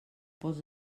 pols